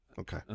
Okay